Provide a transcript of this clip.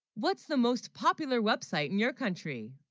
what's the most popular website in your country?